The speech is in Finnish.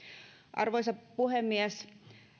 arvoisa puhemies